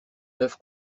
neuf